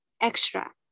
extra